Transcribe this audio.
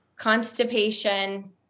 constipation